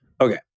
okay